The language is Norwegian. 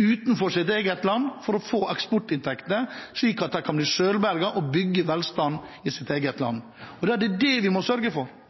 utenfor sitt eget land for å få eksportinntekter, slik at de kan bli selvberget og bygge velstand i sitt eget land. Det er det vi må sørge for,